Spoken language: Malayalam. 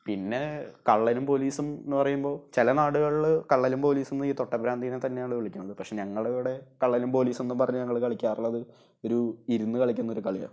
പിന്നെ കള്ളനും പോലീസും എന്ന് പറയുമ്പോള് ചില നാടുകളിൽ കള്ളനും പോലീസും എന്ന് ഈ തൊട്ടാ പ്രാന്തിനെ തന്നെയാണ് വിളിക്കുന്നത് പക്ഷേ ഞങ്ങളിവിടെ കള്ളനും പോലീസും എന്ന് പറഞ്ഞ് ഞങ്ങള് കളിക്കാറുള്ളത് ഒരു ഇരുന്നു കളിക്കുന്നൊരു കളിയാണ്